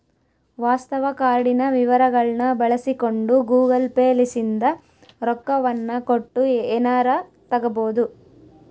ವಾಸ್ತವ ಕಾರ್ಡಿನ ವಿವರಗಳ್ನ ಬಳಸಿಕೊಂಡು ಗೂಗಲ್ ಪೇ ಲಿಸಿಂದ ರೊಕ್ಕವನ್ನ ಕೊಟ್ಟು ಎನಾರ ತಗಬೊದು